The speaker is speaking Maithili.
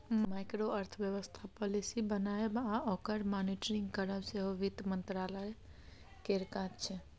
माइक्रो अर्थबेबस्था पालिसी बनाएब आ ओकर मॉनिटरिंग करब सेहो बित्त मंत्रालय केर काज छै